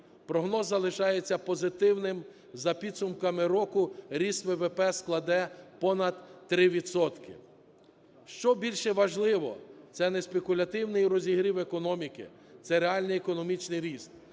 Прогноз залишається позитивним: за підсумками року ріст ВВП складе понад 3 відсотки. Що більше важливо, це спекулятивний розігрів економіки, це реальний економічний ріст.